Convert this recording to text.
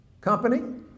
company